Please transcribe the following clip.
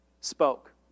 spoke